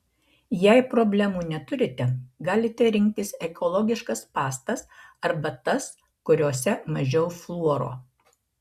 jei problemų neturite galite rinktis ekologiškas pastas arba tas kuriose mažiau fluoro